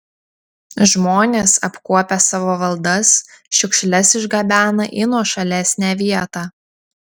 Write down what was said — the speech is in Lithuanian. žmonės apkuopę savo valdas šiukšles išgabena į nuošalesnę vietą